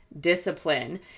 discipline